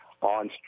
on